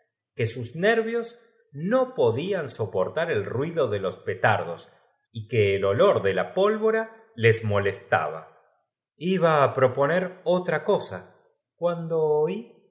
que sus nervios no podían soportar el tuido de los petardos y que el olor de la pólvora les molestaba sabe que tiene derecho a iotert'udlpíi el iba proponer otra cosa cuando